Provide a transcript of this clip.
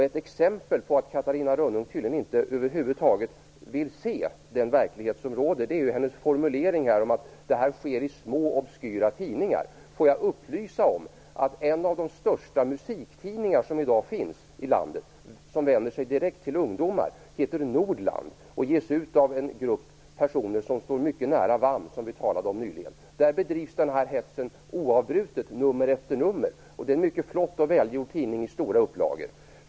Ett exempel på att Catarina Rönnung tydligen inte vill se den verklighet som råder är hennes formuleringar om att propagandan förekommer i små obskyra tidningar. Får jag upplysa om att en av de största musiktidningar som i dag finns i landet och som vänder sig direkt till ungdomar heter Nordland. Den ges ut av en grupp personer som står mycket nära VAM, som vi nyligen talade om. I nummer efter nummer bedrivs denna hets oavbrutet. Det är en mycket flott och välgjord tidning som ges ut i stora upplagor.